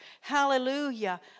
Hallelujah